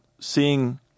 seeing –